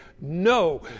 No